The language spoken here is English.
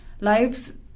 Lives